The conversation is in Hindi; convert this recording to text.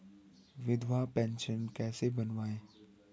विधवा पेंशन कैसे बनवायें?